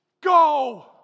Go